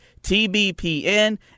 TBPN